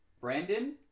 Brandon